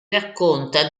racconta